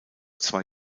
zwei